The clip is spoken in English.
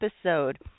episode